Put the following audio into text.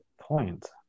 point